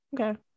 okay